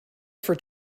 for